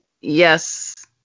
Yes